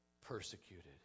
persecuted